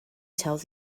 tells